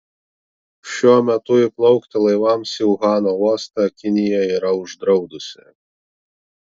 šiuo metu įplaukti laivams į uhano uostą kinija yra uždraudusi